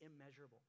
immeasurable